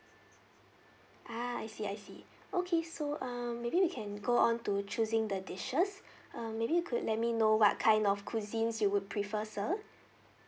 ah I see I see okay so um maybe we can go on to choosing the dishes um maybe you could let me know what kind of cuisines you would prefer sir